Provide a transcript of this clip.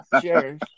sure